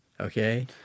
Okay